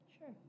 Sure